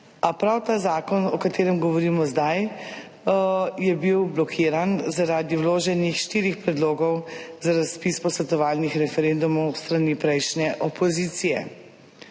a prav ta zakon, o katerem zdaj govorimo, je bil blokiran zaradi vloženih štirih predlogov za razpis posvetovalnih referendumov s strani prejšnje opozicije.